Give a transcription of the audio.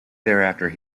thereafter